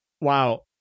wow